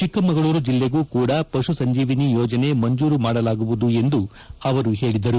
ಚಿಕ್ಕಮಗಳೂರು ಜಿಲ್ಲೆಗೂ ಕೂಡ ಪಶು ಸಂಜೀವಿನಿ ಯೋಜನೆ ಮಂಜೂರು ಮಾಡಲಾಗುವುದು ಹೇಳಿದರು